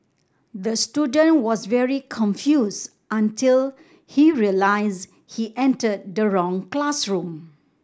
the student was very confused until he realised he entered the wrong classroom